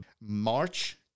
March